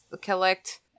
collect